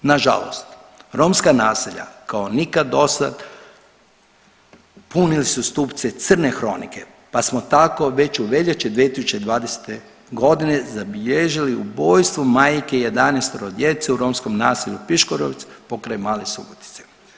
Nažalost romska naselja kao nikad dosad punili su stupce crne kronike, pa smo tako već u veljači 2020.g. zabilježili ubojstvo majke 11-ero djece u romskom naselju Piškorovec pokraj Male Subotice.